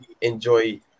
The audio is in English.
enjoy